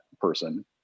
person